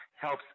helps